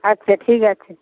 আচ্ছা ঠিক আছে